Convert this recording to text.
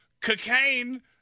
cocaine